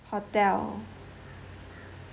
hotel